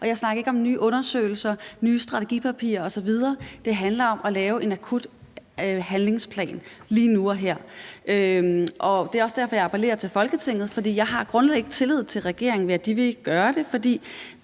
Jeg snakker ikke om nye undersøgelser og nye strategipapirer osv. Det handler om at lave en akut handlingsplan lige nu og her. Det er også derfor, jeg appellerer til Folketinget, for jeg har grundlæggende ikke tillid til , at regeringen vil gøre det, for